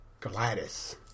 Gladys